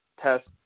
test